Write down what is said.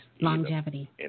longevity